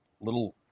little